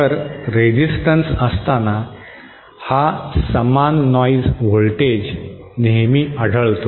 तर रेसिस्टन्स असताना हा समान नॉइज व्होल्टेज नेहमी आढळतो